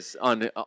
on